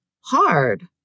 hard